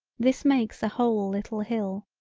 this makes a whole little hill.